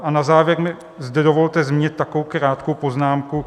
A na závěr mi zde dovolte zmínit takovou krátkou poznámku.